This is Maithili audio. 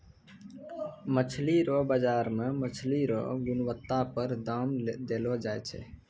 मछली रो बाजार मे मछली रो गुणबत्ता पर दाम देलो जाय छै